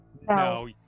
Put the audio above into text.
no